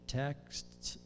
texts